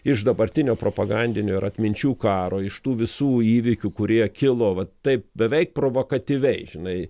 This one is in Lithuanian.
iš dabartinio propagandinio ir atminčių karo iš tų visų įvykių kurie kilo va taip beveik provokatyviai žinai